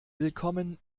willkommen